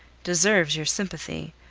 deserves your sympathy.